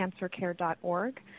cancercare.org